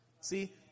See